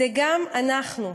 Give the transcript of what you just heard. זה גם אנחנו.